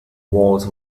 walls